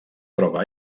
troba